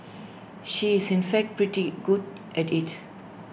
she is in fact pretty good at IT